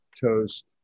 toast